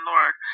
Lord